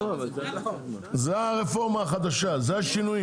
זה הרפורמה החדשה זה השינויים